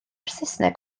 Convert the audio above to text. saesneg